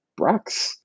Brax